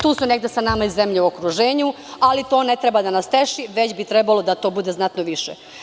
Tu su negde sa nama i zemlje u okruženju, ali to ne treba da nas teši, već bi trebalo da to bude znatno više.